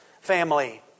family